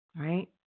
Right